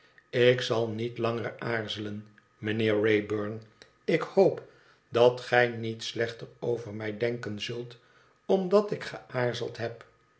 ik zal niet langer aarzelen mijnheer wraybum ik hoop dat gij niet slechter over mij denken zult omdat ik geaarzeld heb